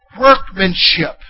workmanship